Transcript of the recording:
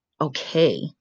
okay